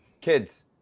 kids